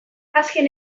azken